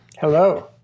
Hello